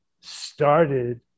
started